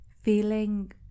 feeling